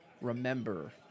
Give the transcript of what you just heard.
remember